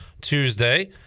Tuesday